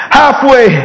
halfway